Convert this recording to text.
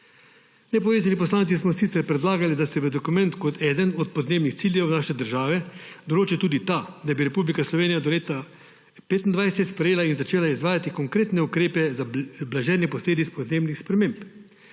Nepovezani poslanci smo sicer predlagali, da se v dokumentu kot eden od podnebnih ciljev naše države določi tudi ta, da bi Republika Slovenija do leta 2025 sprejela in začela izvajati konkretne ukrepe za blaženje posledic podnebnih sprememb,